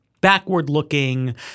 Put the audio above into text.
backward-looking